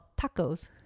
tacos